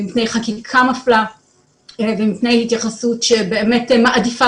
מפני חקיקה מפלה ומפני התייחסות שבאמת מעדיפה